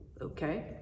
okay